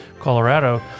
Colorado